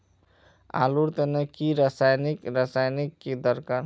आलूर तने की रासायनिक रासायनिक की दरकार?